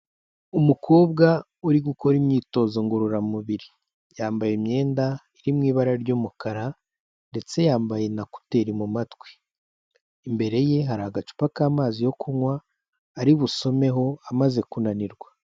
Umukobwa uri gukora imyitozo ngororamubiri yambaye imyenda iri mu ibara ry'umukara ndetse yambaye na koteri mu matwi imbere ye hari agacupa k'amazi yo kunywa ari busomeho amaze kunanirwa.